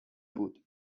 بود